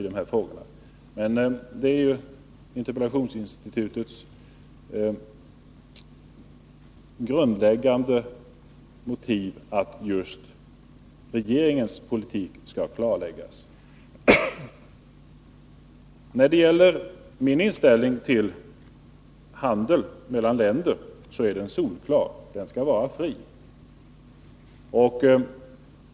Det grundläggande motivet för interpellationsinstitutet är just att regeringens politik skall klarläggas. Min inställning till handel mellan länder är solklar — den skall vara fri.